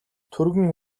түргэн